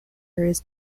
areas